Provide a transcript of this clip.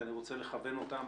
ואני רוצה להכוון אותם